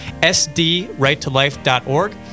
sdrighttolife.org